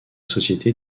société